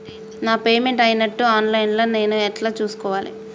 నా పేమెంట్ అయినట్టు online లా నేను ఎట్ల చూస్కోవాలే?